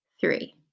three